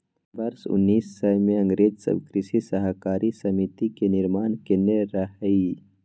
वर्ष उन्नैस सय मे अंग्रेज सब कृषि सहकारी समिति के निर्माण केने रहइ